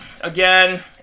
Again